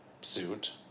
suit